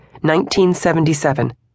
1977